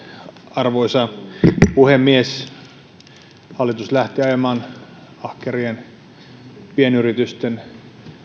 arvoisa puhemies hallitus lähti ajamaan ahkerien pienyritysten